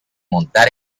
montar